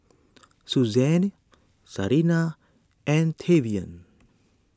Suzanne Sarina and Tavion